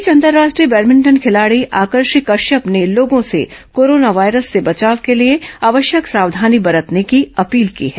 इस बीच अंतर्राष्ट्रीय बैडमिंटन खिलाड़ी आकर्षी कश्यप ने लोगों से कोरोना वायरस से बचाव के लिए आवश्यक सावधानी बरतने की अपील की है